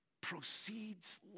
proceeds